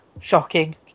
shocking